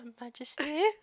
Majesty